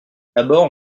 d’abord